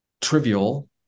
trivial